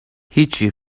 هیچی